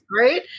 right